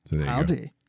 Howdy